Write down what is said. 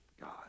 God